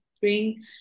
bring